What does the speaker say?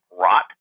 rot